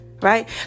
Right